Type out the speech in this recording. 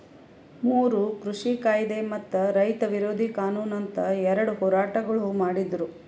ಮೂರು ಕೃಷಿ ಕಾಯ್ದೆ ಮತ್ತ ರೈತ ವಿರೋಧಿ ಕಾನೂನು ಅಂತ್ ಎರಡ ಹೋರಾಟಗೊಳ್ ಮಾಡಿದ್ದರು